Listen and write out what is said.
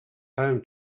home